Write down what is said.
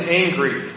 angry